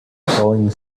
falling